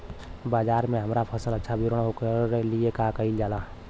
बाजार में हमार फसल अच्छा वितरण हो ओकर लिए का कइलजाला?